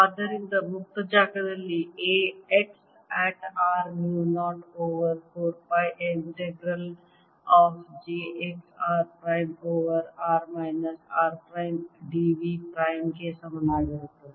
ಆದ್ದರಿಂದ ಮುಕ್ತ ಜಾಗದಲ್ಲಿ A x at r mu 0 over 4 pi integral of j x r prime over r minus r prime d v prime ಗೆ ಸಮನಾಗಿರುತ್ತದೆ